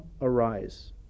arise